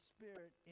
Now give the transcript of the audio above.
Spirit